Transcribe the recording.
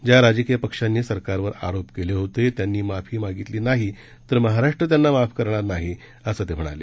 ज्या राजकीय पक्षांनी सरकारवर आरोप केले होते त्यांनी माफी न मागितल्यास महाराष्ट्र त्यांना माफ करणार नाही असं ते म्हणाले